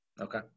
Okay